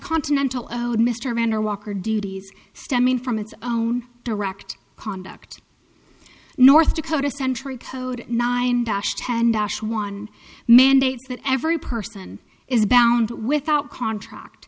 continental owed mr mann or walker duties stemming from its own direct conduct north dakota sentry code nine and one mandates that every person is bound without contract